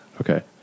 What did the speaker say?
Okay